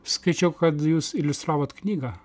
skaičiau kad jūs iliustravot knygą